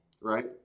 right